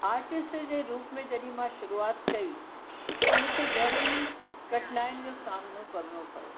artist जे रुप में जॾहिं मां शुरूआति कयी त मूंखे घणनि ई कठिनाइयुनि जो सामनो करिणो पियो